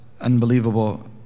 unbelievable